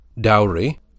dowry